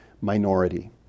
minority